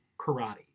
karate